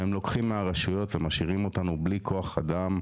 שהם לוקחים מהרשויות ומשאירים אותנו בלי כוח אדם,